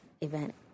event